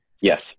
Yes